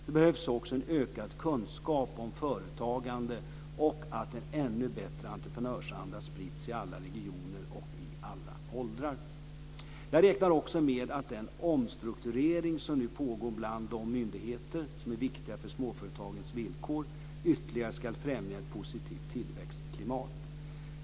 Det behövs också en ökad kunskap om företagande och att en ännu bättre entreprenörsanda sprids i alla regioner och i alla åldrar. Jag räknar också med att den omstrukturering som nu pågår bland de myndigheter som är viktiga för småföretagens villkor ytterligare ska främja ett positivt tillväxtklimat.